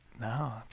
No